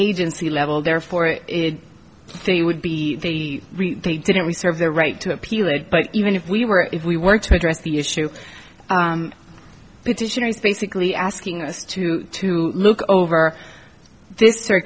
agency level therefore they would be the they didn't we serve their right to appeal it but even if we were if we were to address the issue basically asking us to look over this